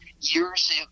years